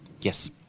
yes